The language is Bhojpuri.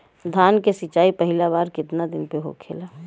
धान के सिचाई पहिला बार कितना दिन पे होखेला?